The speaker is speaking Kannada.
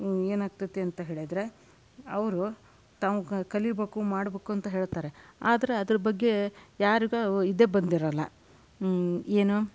ಏನಾಗ್ತದೆ ಅಂತ ಹೇಳಿದರೆ ಅವರು ತಾವು ಕಲಿಬೇಕು ಮಾಡಬೇಕು ಅಂತ ಹೇಳ್ತಾರೆ ಆದರೆ ಅದರ ಬಗ್ಗೆ ಯಾರಿಗೂ ಇದೇ ಬಂದಿರಲ್ಲ ಏನು